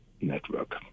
network